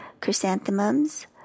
Chrysanthemums